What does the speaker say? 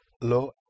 Lo